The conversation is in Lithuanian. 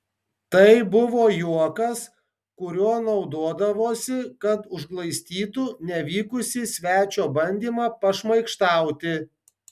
tai buvo juokas kuriuo naudodavosi kad užglaistytų nevykusį svečio bandymą pašmaikštauti